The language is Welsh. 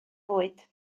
fwyd